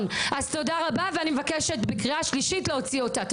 אז תודה רבה ואני מבקשת בקריאה שלישית להוציא אותה.